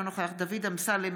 אינו נוכח דוד אמסלם,